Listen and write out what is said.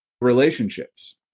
relationships